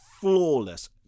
flawless